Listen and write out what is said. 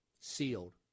sealed